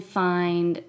find